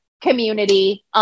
community